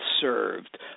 served